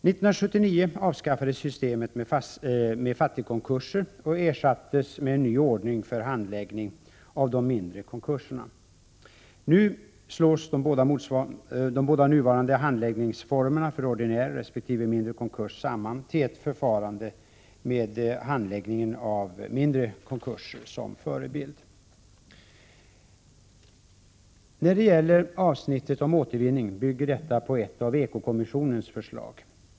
Systemet med fattigkonkurser avskaffades 1979 och ersattes med en ny ordning för handläggning av de mindre konkurserna. Nu slås de båda nuvarande handläggningsformerna för ordinär resp. mindre konkurs samman till ett förfarande med handläggningen av mindre konkurser som förebild. Avsnittet om återvinning bygger på ett av ekokommissionens förslag.